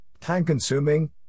time-consuming